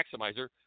maximizer